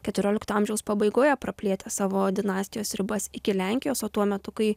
keturiolikto amžiaus pabaigoje praplėtę savo dinastijos ribas iki lenkijos o tuo metu kai